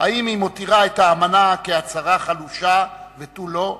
אם היא מותירה את האמנה כהצהרה חלושה ותו לא,